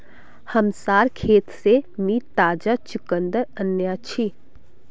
हमसार खेत से मी ताजा चुकंदर अन्याछि